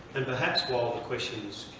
and perhaps while the questions